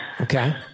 Okay